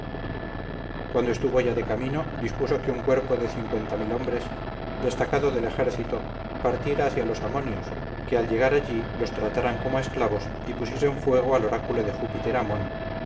cuando estuvo ya de camino dispuso que un cuerpo de hombres destacado del ejército partiera hacia los amonios que al llegar allí los trataran como a esclavos y pusiesen fuego al oráculo de júpiter amon